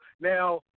Now